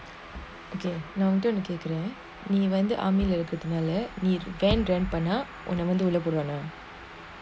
okay now நான்உங்கிட்டகேக்குறேன்நீவந்து:nan unkita kekuren nee vandhu army பண்ணதுல:pannathula van பண்ணஉடனேவந்துவிலகிடுவானா:panna udane vandhu vilakiduvana